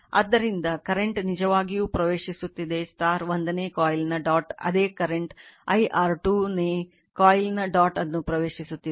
ಆದ್ದರಿಂದ ಕರೆಂಟ್ ನಿಜವಾಗಿಯೂ ಪ್ರವೇಶಿಸುತ್ತದೆ 1 ನೇ ಕಾಯಿಲ್ನ ಡಾಟ್ ಅದೇ ಕರೆಂಟ್ I r 2 ನೇ ಕಾಯಿಲ್ನ ಡಾಟ್ ಅನ್ನು ಪ್ರವೇಶಿಸುತ್ತಿದೆ